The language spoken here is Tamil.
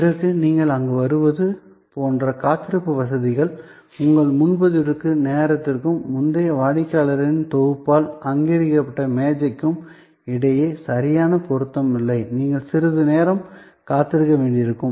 பிறகு நீங்கள் அங்கு வருவது போன்ற காத்திருப்பு வசதிகள் உங்கள் முன்பதிவு நேரத்திற்கும் முந்தைய வாடிக்கையாளர்களின் தொகுப்பால் ஆக்கிரமிக்கப்பட்ட மேசைக்கும் இடையே சரியான பொருத்தம் இல்லை நீங்கள் சிறிது நேரம் காத்திருக்க வேண்டியிருக்கும்